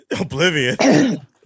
Oblivion